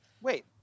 wait